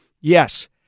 yes